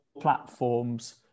platforms